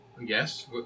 Yes